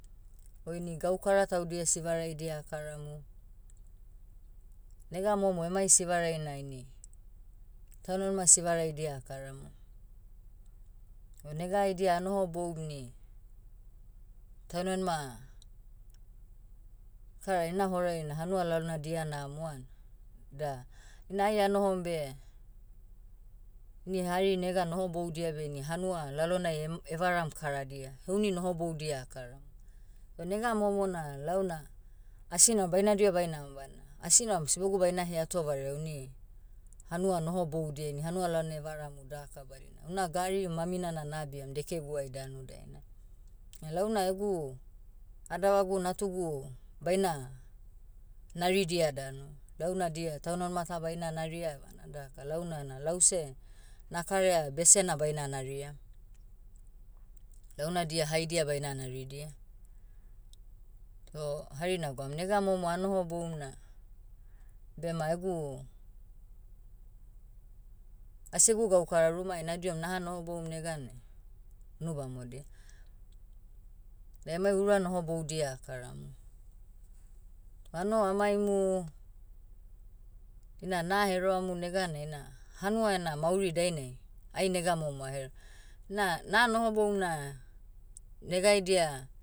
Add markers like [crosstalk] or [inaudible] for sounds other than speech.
O ini gaukara taudia sivaraidia akaramu. Nega momo emai sivarai na ini, taunmanima sivaraidia akaramu. O nega aidia anohoboum ni, taunimanima, kara ina horai na hanua lalona dia namo an, da. Ina ai anohom beh, ini hari nega nohoboudia beh ini hanua lalonai em- evaram karadia. Heuni nohoboudia akaram. O nega momo na launa, asi naram baina diho bainam bana, asi naram sibogu baina heato vareai uni, hanua nohoboudia ini hanua lalonai evaramu daka badina una gari mamina na nabiam dekeguai danu dainai. [hesitation] launa egu, adavagu natugu, baina, naridia danu. Launa dia taunmanima ta baina naria evana daka launa na lause, nakaraea besena baina naria. Launa dia haidia baina naridia. O hari nagwaum nega momo anohoboum na, bema egu, asegu gaukara rumai nadihom naha nohoboum neganai, unu bamodia. Da emai ura nohoboudia akaramu. Anoho amaimu, ina na heroamu neganai ina, hanua ena mauri dainai, ai nega momo ahere. Na, na nohoboum na, negaidia,